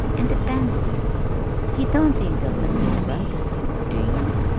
and the pansies you don't think they'll let them run to seed, do you?